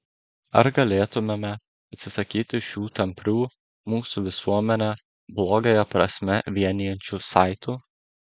ar galėtumėme atsisakyti šių tamprių mūsų visuomenę blogąją prasme vienijančių saitų